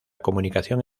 comunicación